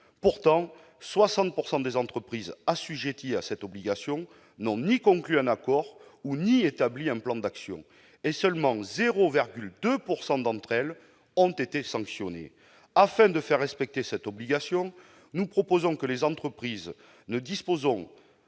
Pourtant, 60 % des entreprises assujetties à cette obligation n'ont ni conclu un accord ni établi un plan d'action. Et seules 0,2 % d'entre elles ont été sanctionnées ! Afin de faire respecter cette obligation, nous proposons que les entreprises ne disposant